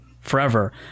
forever